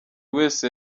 wese